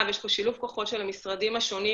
ויש פה שילוב כוחות של המשרדים השונים.